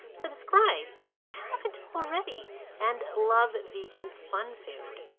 subscribe if you haven't already and love vegan fun food.